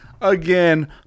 again